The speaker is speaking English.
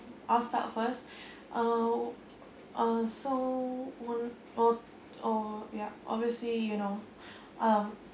I'll start first oh uh so one oh oh ya obviously you know um